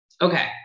Okay